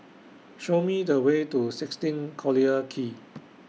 Show Me The Way to sixteen Collyer Quay